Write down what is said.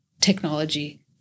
technology